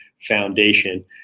foundation